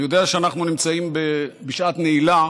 אני יודע שאנחנו נמצאים בשעת נעילה,